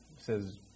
says